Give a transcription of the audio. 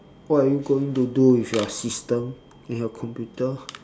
what are you going to do with your system and your computer